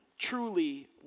Truly